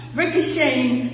ricocheting